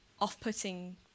off-putting